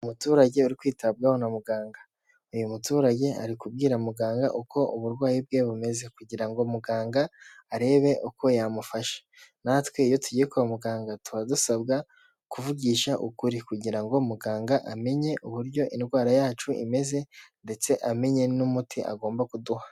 Umuturage uri kwitabwaho na muganga. Uyu muturage ari kubwira muganga uko uburwayi bwe bumeze, kugira ngo muganga arebe uko yamufasha. Natwe iyo tugiye kwa muganga tuba dusabwa kuvugisha ukuri. Kugira ngo muganga amenye uburyo indwara yacu imeze, ndetse amenye n'umuti agomba kuduha.